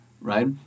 right